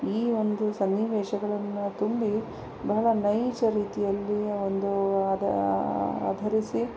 ಈ ಒಂದು ಸನ್ನಿವೇಶಗಳನ್ನು ತುಂಬಿ ಬಹಳ ನೈಜ ರೀತಿಯಲ್ಲಿ ಒಂದು ಅದ ಆಧರಿಸಿ